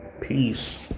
Peace